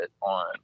on